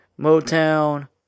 Motown